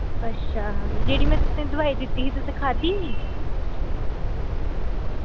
अच्छा जेह्ड़ी में तुसें ई दवाई दित्ती ही तुसें खाद्धी ही